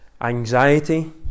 anxiety